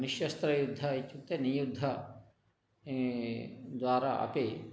निश्शस्त्रयुद्धम् इत्युक्ते नियुद्ध द्वारा अपि